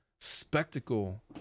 spectacle